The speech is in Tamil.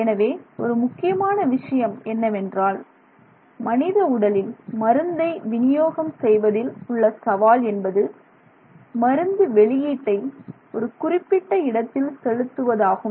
எனவே ஒரு முக்கியமான விஷயம் என்னவென்றால் மனித உடலில் மருந்தை வினியோகம் செய்வதில் உள்ள சவால் என்பது மருந்து வெளியீட்டை ஒரு குறிப்பிட்ட இடத்தில் செலுத்துவதாகும்